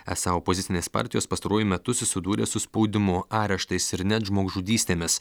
esą opozicinės partijos pastaruoju metu susidūrė su spaudimu areštais ir net žmogžudystėmis